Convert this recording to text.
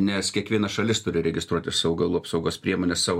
nes kiekviena šalis turi registruoti augalų apsaugos priemones savo